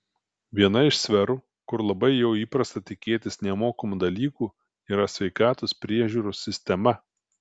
viena iš sferų kur labai jau įprasta tikėtis nemokamų dalykų yra sveikatos priežiūros sistema